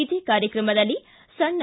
ಇದೇ ಕಾರ್ಯಕ್ರಮದಲ್ಲಿ ಸಣ್ಣ